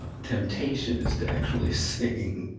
ah temptation is to actually sing,